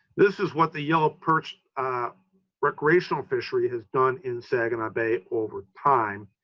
this is what the yellow perch recreational fishery has done in saginaw bay over time.